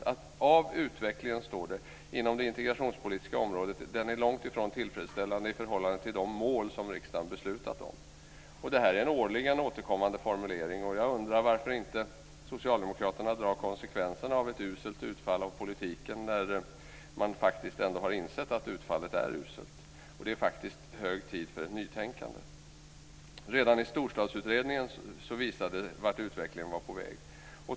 Där framgår att utvecklingen inom det integrationspolitiska området är långt ifrån tillfredsställande i förhållande till de mål som riksdagen beslutat om. Det är en årligen återkommande formulering. Jag undrar varför socialdemokraterna inte drar konsekvenserna av ett uselt utfall av politiken när man faktiskt ändå insett att utfallet är uselt. Det är faktiskt hög tid för nytänkande. Redan Storstadsutredningen visade vartåt utvecklingen var på väg.